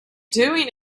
doing